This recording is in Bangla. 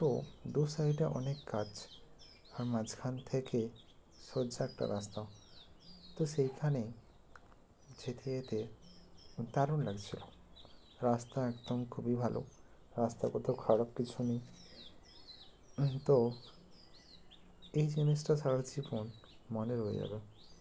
তো দু সাইডে অনেক গাছ আর মাঝখান থেকে সোজা একটা রাস্তা তো সেইখানে যেতে যেতে দারুণ লাগছিল রাস্তা একদম খুবই ভালো রাস্তা কোথাও খারাপ কিছু নেই তো এই জিনিসটা সারা জীবন মনে রয়ে যাবে